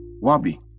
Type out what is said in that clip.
Wabi